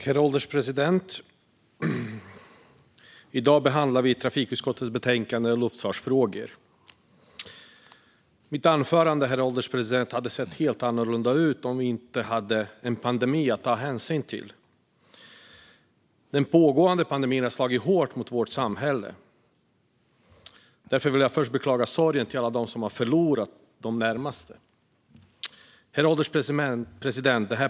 Herr ålderspresident! I dag behandlar vi trafikutskottets betänkande Luftfartsfrågor . Mitt anförande hade, herr ålderspresident, sett helt annorlunda ut om vi inte hade haft en pandemi att ta hänsyn till. Den pågående pandemin har slagit hårt mot vårt samhälle. Därför vill jag först beklaga sorgen för alla dem som har förlorat någon av sina närmaste. Herr ålderspresident!